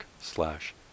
slash